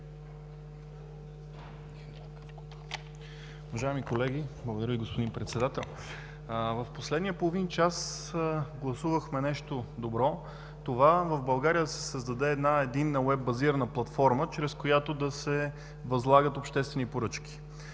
Уважаеми колеги! Благодаря Ви, господин Председател. В последния половин час гласувахме нещо добро – това в България да се създаде една единна уеб-базирана платформа, чрез която да се възлагат обществени поръчки.